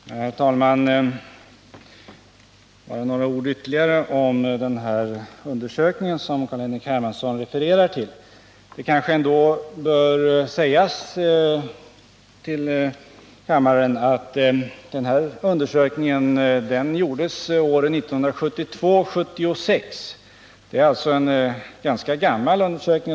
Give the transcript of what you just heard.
Herr talman! Bara några ord ytterligare om den undersökning som Carl Henrik Hermansson refererar till. Det kanske ändå bör sägas till kammaren att denna undersökning gjordes under åren 1972-1976. Det är alltså en ganska gammal undersökning.